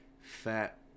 fat